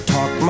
Talk